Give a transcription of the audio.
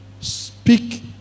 speak